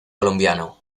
colombiano